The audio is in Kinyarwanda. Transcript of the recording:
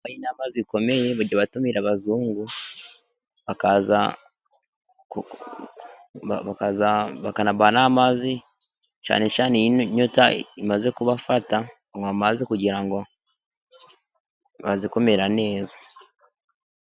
Inama zikomeye bajya batumira abazungu, bakaza, bakabaha n'amazi, cyane cyane iyo inyota imaze kubafata, baywa amazi kugira ngo baze kumera neza.